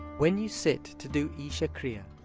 when you sit to do isha kriya,